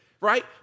right